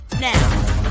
now